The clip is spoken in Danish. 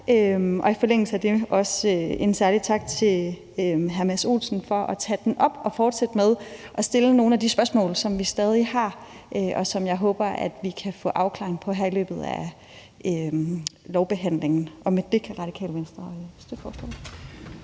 mig. I forlængelse af det vil jeg også sige en særlig tak til hr. Mads Olsen for at tage den op og fortsætte med at stille nogle af de spørgsmål, som vi stadig har, og som jeg håber vi kan få afklaring på her i løbet af lovbehandlingen. Med det kan Radikale Venstre støtte forslaget.